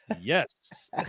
Yes